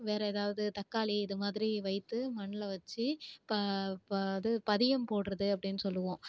வேறே தக்காளி இது மாதிரி வைத்து மண்ணில் வச்சு இப்போ பதியம் போடுகிறது அப்படினு சொல்லுவோம்